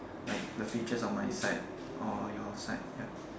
like the features on my side or your side ya